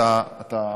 אתה,